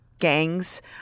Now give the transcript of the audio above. gangs